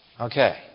Okay